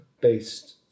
based